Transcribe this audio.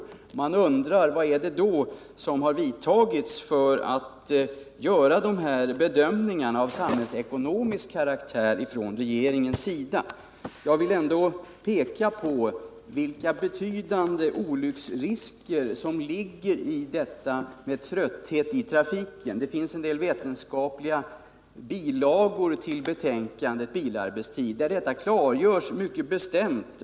Vad har regeringen då vidtagit för åtgärder för att göra de här bedömningarna av samhällsekonomisk karaktär? Jag vill ändå peka på vilka betydande olycksrisker som ligger i detta med trötthet i trafiken. Det finns en del vetenskapliga bilagor till betänkandet Bilarbetstid där detta klargörs mycket bestämt.